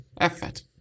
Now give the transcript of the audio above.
effort